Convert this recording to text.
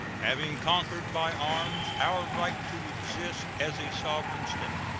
having conquered by arms our right to exist as a sovereign state,